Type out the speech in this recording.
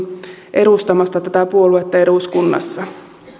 edustamasta tätä puoluetta eduskunnassa